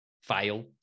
fail